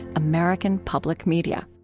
american public media